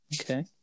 Okay